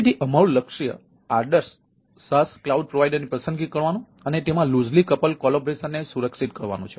તેથી અમારું લક્ષ્ય આદર્શ SaaS ક્લાઉડ પ્રોવાઇડરની પસંદગી કરવાનું અને તેમાં લૂઝલી કપલ કોલેબોરેસન ને સુરક્ષિત કરવાનું છે